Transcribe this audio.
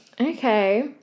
Okay